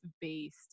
based